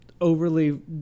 overly